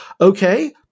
Okay